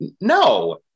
no